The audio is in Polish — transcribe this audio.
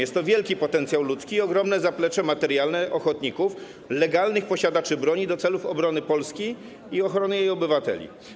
Jest to wielki potencjał ludzki i ogromne zaplecze materialne ochotników legalnych posiadaczy broni do celów obrony Polski i ochrony jej obywateli.